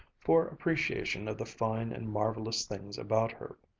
for appreciation of the fine and marvelous things about her.